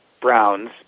Browns